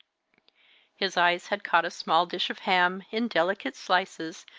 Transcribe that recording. his eyes had caught a small dish of ham, in delicate slices,